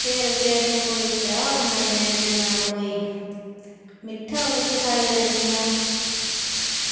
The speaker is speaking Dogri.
फिर बेचारियां कोई चाह् बनाई लैंदियां कोई मिट्ठा कुछ खाई लैंदियां